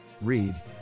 Read